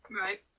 Right